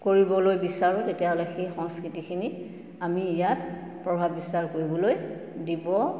কৰিবলৈ বিচাৰোঁ তেতিয়াহ'লে সেই সংস্কৃতিখিনি আমি ইয়াত প্ৰভাৱ বিস্তাৰ কৰিবলৈ দিব